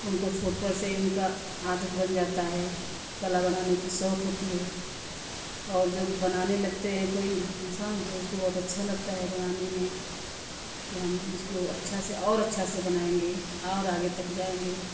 उनको छोट पर से उनका आदत बन जाता है कला बनाने की शौक़ होती है और जो बनाने लगते हैं कोई इंसान तो उसको बहुत अच्छा लगता है बनाने में कि हम इसको अच्छा से और अच्छा से बनाएँगे और आगे तक जाएँगे